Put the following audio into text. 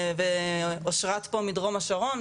ואושרת פה מדרום השרון,